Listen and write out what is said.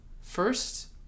first